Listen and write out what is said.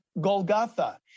Golgotha